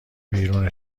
بیرون